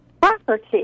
Property